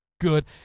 good